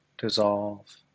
Dissolve